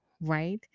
right